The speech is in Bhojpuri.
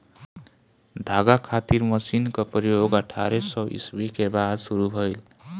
धागा खातिर मशीन क प्रयोग अठारह सौ ईस्वी के बाद शुरू भइल